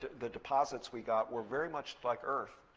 the deposits we got, were very much like earth.